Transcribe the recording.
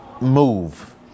move